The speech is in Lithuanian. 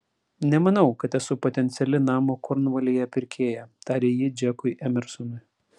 nemanau kad esu potenciali namo kornvalyje pirkėja tarė ji džekui emersonui